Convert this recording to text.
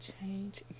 change